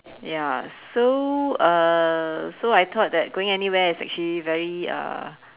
ya so uh so I thought that going anywhere is actually very uh